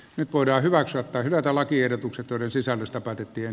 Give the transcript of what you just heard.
nyt voidaan hyväksyä tai hylätä lakiehdotukset joiden sisällöstä päätettiin